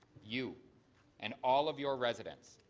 you and all of your residents.